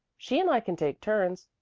she and i can take turns.